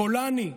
גולני,